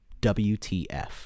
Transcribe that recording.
WTF